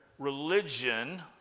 Religion